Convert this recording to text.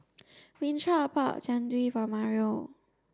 Winthrop bought Jian Dui for Mario